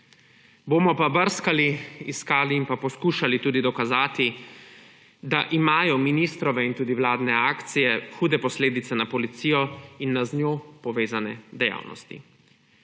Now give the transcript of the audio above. Bomo pa brskali, iskali in poskušali tudi dokazati, da imajo ministrove in tudi vladne akcije hude posledice na policijo in na z njo povezane dejavnosti.